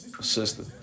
sister